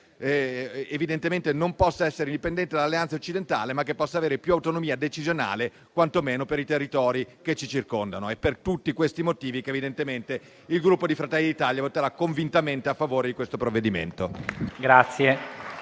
del bisogno, possa non essere dipendente dall'Alleanza occidentale, ma avere più autonomia decisionale quantomeno per i territori che ci circondano. Per tutti questi motivi evidentemente il Gruppo Fratelli d'Italia voterà convintamente a favore del provvedimento.